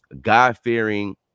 god-fearing